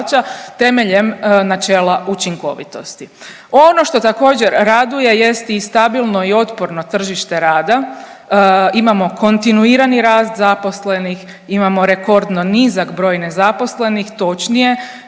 temeljem načela učinkovitosti. Ono što također raduje jest i stabilno i otporno tržište rada, imamo kontinuirani rast zaposlenih, imamo rekordno nizak broj nezaposlenih, točnije